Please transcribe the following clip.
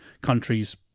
countries